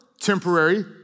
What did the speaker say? temporary